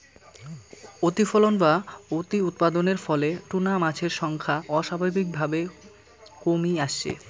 অতিফলন বা অতিউৎপাদনের ফলে টুনা মাছের সংখ্যা অস্বাভাবিকভাবে কমি আসছে